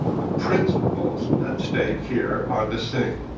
the principles at stake here are the same.